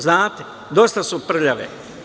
Znate, dosta su prljave.